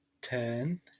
Ten